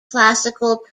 classical